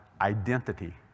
identity